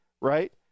Right